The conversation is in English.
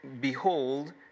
behold